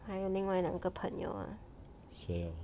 还有另外两个朋友 ah